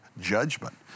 judgment